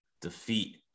defeat